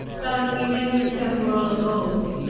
than in any temporal abode.